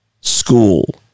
school